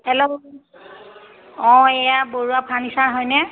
hello অঁ এয়া Baruah furniture হয়নে